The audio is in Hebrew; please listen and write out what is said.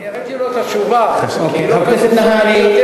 הראיתי לו את התשובה, חבר הכנסת נהרי.